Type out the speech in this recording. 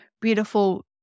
beautiful